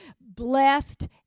blessed